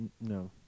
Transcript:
No